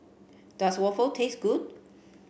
does waffle taste good